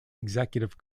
executive